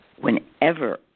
Whenever